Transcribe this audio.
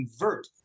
convert